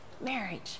marriage